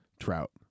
Trout